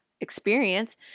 experience